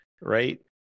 right